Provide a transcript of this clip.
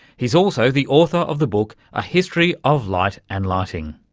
he's also the author of the book a history of light and lighting.